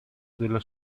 della